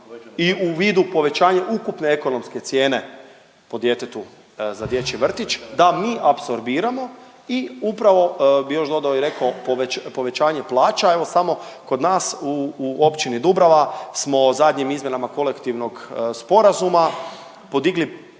i u vidu povećanja ukupne ekonomske cijene po djetetu za dječji vrtić da mi apsorbiramo i upravo bi još dodao i rekao, povećanje plaća. Evo samo kod nas u Općini Dubrava smo zadnjim izmjenama kolektivnog sporazuma podigli